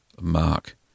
mark